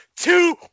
Two